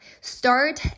Start